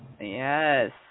Yes